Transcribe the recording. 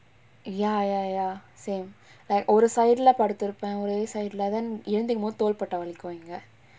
ya ya ya same like ஒரு:oru side lah படுத்துருப்பேன் ஒரே:paduthuruppaen orae side lah then எழுந்திக்க மோது தோள்பட்ட வலிக்கும் இங்க:elunthikka mothu tholpatta valikkum inga